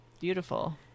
Beautiful